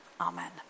Amen